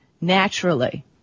naturally